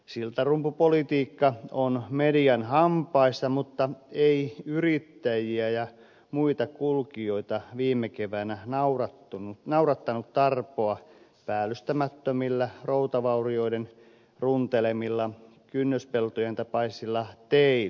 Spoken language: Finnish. siltarumpupolitiikka on median hampaissa mutta ei yrittäjiä ja muita kulkijoita viime keväänä naurattanut tarpoa päällystämättömillä routavaurioiden runtelemilla kynnöspeltojen tapaisilla teillä